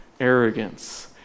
arrogance